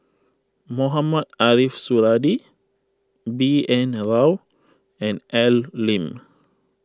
Mohamed Ariff Suradi B N Rao and Al Lim